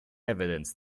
evidence